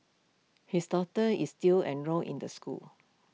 his daughter is still enrolled in the school